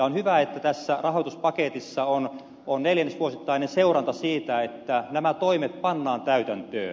on hyvä että tässä rahoituspaketissa on neljännesvuosittainen seuranta siitä että nämä toimet pannaan täytäntöön